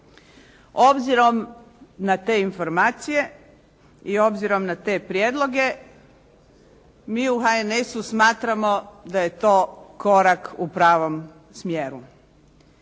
Obzirom na te informacije i obzirom na te prijedloge mi u HNS-u smatramo da je to korak u pravom smjeru.